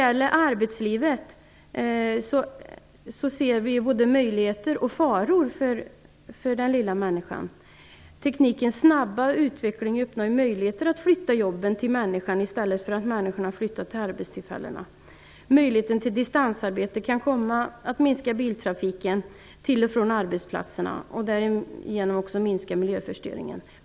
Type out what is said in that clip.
Vi ser både möjligheter och faror för den lilla människan i arbetslivet. Teknikens snabba utveckling öppnar ju möjligheter att flytta jobben till människan i stället för att människan skall flytta till arbetstillfällena. Möjligheten till distansarbete kan komma att minska biltrafiken till och från arbetsplatserna. Därigenom kan även miljöförstöringen minskas.